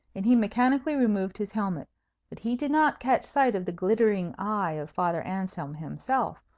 and he mechanically removed his helmet but he did not catch sight of the glittering eye of father anselm himself,